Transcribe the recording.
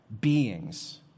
beings